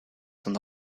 son